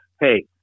hey